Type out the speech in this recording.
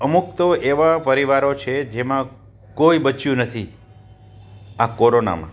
અમુક તો એવા પરિવારો છે જેમાં કોઈ બચ્યું નથી આ કોરોનામાં